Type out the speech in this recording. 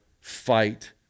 fight